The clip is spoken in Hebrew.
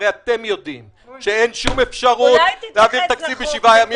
הרי אתם יודעים שאין שום אפשרות להעביר תקציב בשבעה ימים.